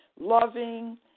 loving